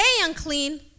unclean